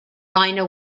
rhino